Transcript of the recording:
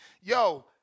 Yo